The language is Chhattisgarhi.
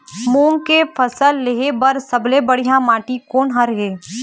मूंग के फसल लेहे बर सबले बढ़िया माटी कोन हर ये?